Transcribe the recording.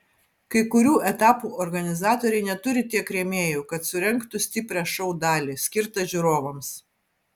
kai kurių etapų organizatoriai neturi tiek rėmėjų kad surengtų stiprią šou dalį skirtą žiūrovams